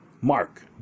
Mark